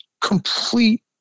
complete